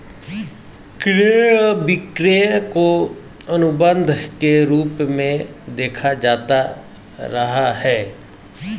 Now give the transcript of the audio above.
क्रय विक्रय को अनुबन्ध के रूप में देखा जाता रहा है